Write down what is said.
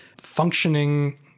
functioning